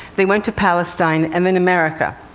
they went to palestine and then america.